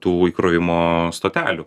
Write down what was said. tų įkrovimo stotelių